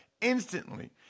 instantly